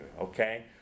Okay